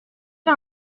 pas